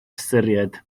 ystyried